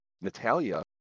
Natalia